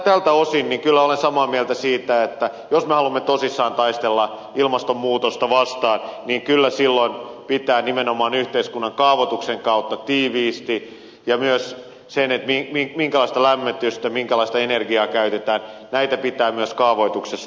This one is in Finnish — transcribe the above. tältä osin olen kyllä samaa mieltä siitä että jos me haluamme tosissamme taistella ilmastonmuutosta vastaan niin kyllä silloin pitää nimenomaan yhteiskunnan kaavoituksen kautta rakentaa tiiviisti ja myös sen minkälaista lämmitystä minkälaista energiaa käytetään pitää kaavoituksessa tulla esille